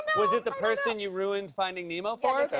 was it the person you ruined finding nemo for?